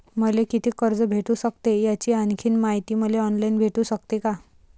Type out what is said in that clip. मले कितीक कर्ज भेटू सकते, याची आणखीन मायती मले ऑनलाईन भेटू सकते का?